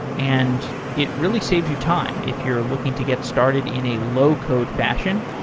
and it really saves you time if you're looking to get started in a low-code fashion.